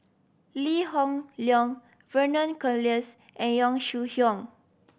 Lee Hoon Leong Vernon Cornelius and Yong Shu Hoong